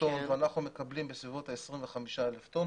טון ואנחנו מקבלים בסביבות 25,000 טון,